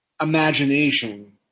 imagination